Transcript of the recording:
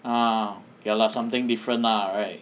ah ya lah something different lah right